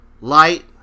light